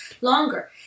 longer